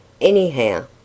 Anyhow